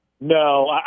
No